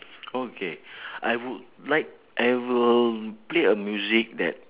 okay I would like I will play a music that